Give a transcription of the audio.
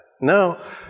No